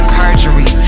perjury